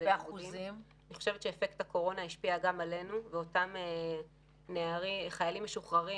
אני חושב שאפקט הקורונה השפיע גם עלינו ואותם חיילים משוחררים,